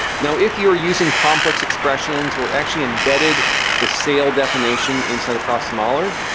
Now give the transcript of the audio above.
now, if you're using complex expressions or actually embedded the sail definition inside the process modeler,